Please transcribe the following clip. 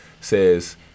says